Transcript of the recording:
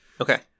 Okay